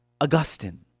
Augustine